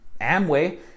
amway